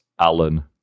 Alan